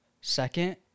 second